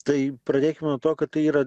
tai pradėkim nuo to kad tai yra